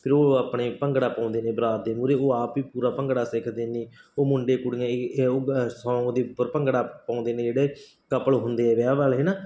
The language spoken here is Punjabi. ਫਿਰ ਉਹ ਆਪਣੇ ਭੰਗੜਾ ਪਾਉਂਦੇ ਨੇ ਬਰਾਤ ਦੇ ਮੂਹਰੇ ਉਹ ਆਪ ਹੀ ਪੂਰਾ ਭੰਗੜਾ ਸਿੱਖਦੇ ਨੇ ਉਹ ਮੁੰਡੇ ਕੁੜੀਆਂ ਇਹੀ ਉਹ ਸੌਂਗ ਦੇ ਉੱਪਰ ਭੰਗੜਾ ਪਾਉਂਦੇ ਨੇ ਜਿਹੜੇ ਕਪਲ ਹੁੰਦੇ ਵਿਆਹ ਵਾਲੇ ਨਾ